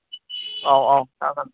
औ औ जागोन